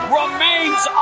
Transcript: remains